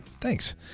Thanks